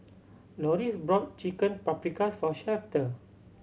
Loris bought Chicken Paprikas for Shafter